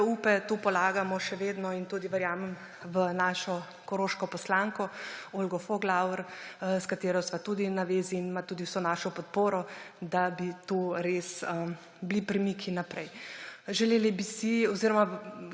upe tukaj polagamo, še vedno, in tudi verjamem v našo koroško poslanko Olgo Voglauer, s katero sva tudi na zvezi in ima tudi vso našo podporo, da bi to res bili premiki naprej. Želeli bi si oziroma